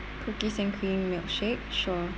cookies and cream milkshake sure